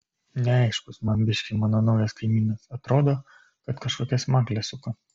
neaiškus man biškį mano naujas kaimynas atrodo kad kažkokias makles suka